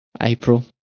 April